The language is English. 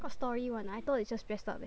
got story [one] ah I thought is just dress up eh